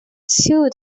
two